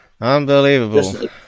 Unbelievable